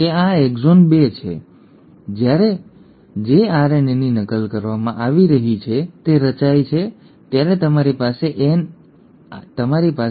તેથી જ્યારે જે આરએનએની નકલ કરવામાં આવી રહી છે તે રચાય છે ત્યારે તમારી પાસે આરએનએ હશે જેમાં 5 પ્રાઇમ કેપ હશે